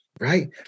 right